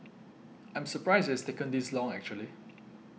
I am surprised it has taken this long actually